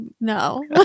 no